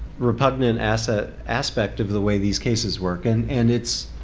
repugnant aspect aspect of the way these cases work. and and it's,